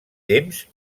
temps